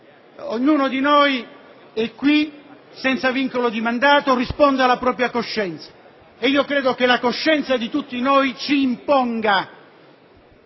Ognuno di noi è qui senza vincolo di mandato e risponde alla propria coscienza e credo che la coscienza di tutti noi ci imponga